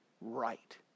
right